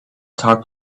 guitar